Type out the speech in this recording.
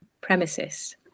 premises